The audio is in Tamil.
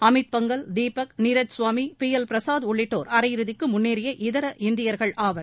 அமித் பங்கல் தீபக் நீரஜ் சுவாமி பி எல் பிரசாத் உள்ளிட்டோர் அரையிறுதிக்கு முன்னேறிய இதர இந்தியர்களாவர்